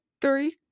three